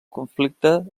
conflicte